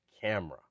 camera